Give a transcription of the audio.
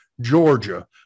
Georgia